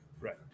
Right